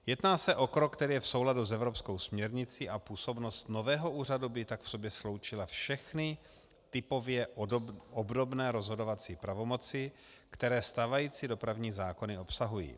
Jedná se o krok, který je v souladu s evropskou směrnicí, a působnost nového úřadu by tak v sobě sloučila všechny typově obdobné rozhodovací pravomoci, které stávající dopravní zákony obsahují.